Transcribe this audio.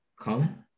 come